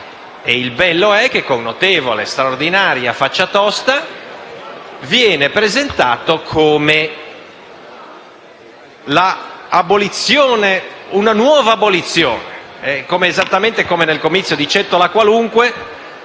Il bello è che, con notevole, straordinaria faccia tosta, viene presentato come una nuova abolizione, esattamente come nel comizio di Cetto La Qualunque,